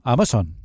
Amazon